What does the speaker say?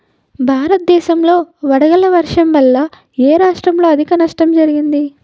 భారతదేశం లో వడగళ్ల వర్షం వల్ల ఎ రాష్ట్రంలో అధిక నష్టం జరిగింది?